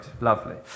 Lovely